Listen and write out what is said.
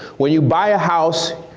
when you buy a house,